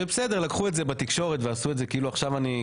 בסדר לקחו את זה בתקשורת ועשו את זה כאילו עכשיו אני,